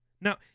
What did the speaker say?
Now